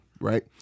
Right